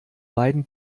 beiden